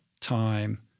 time